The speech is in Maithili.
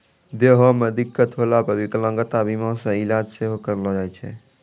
देहो मे दिक्कत होला पे विकलांगता बीमा से इलाज सेहो करैलो जाय छै